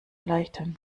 erleichtern